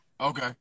okay